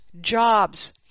jobs